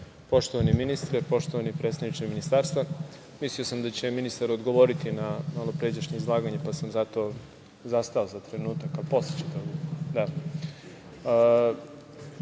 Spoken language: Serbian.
ministre, poštovani predstavniče Ministarstva, mislio sam da će ministar odgovoriti na malopređašnje izlaganje pa sam zato zastao za trenutak, ali posle će.